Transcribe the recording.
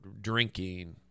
drinking